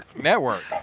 Network